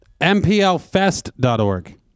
MPLfest.org